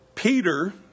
Peter